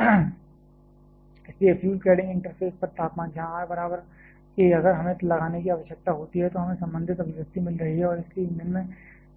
इसलिए fuel cladding interface पर तापमान जहां r बराबर a अगर हमें लगाने की आवश्यकता होती है तो हमें संबंधित अभिव्यक्ति मिल रही है और इसलिए ईंधन में